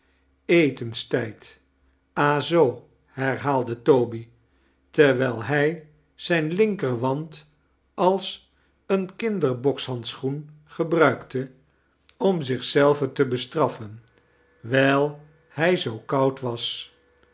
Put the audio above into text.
etenstijd ah zoo lierhaalde toby terwijl hij zijn linker want als een kinder-bokshandschoen gebruikte om zich zelven te bestraffen wijl hij zoo koud was